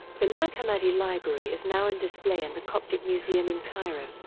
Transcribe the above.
the nag hammadi library is now in display in the coptic museum in cairo,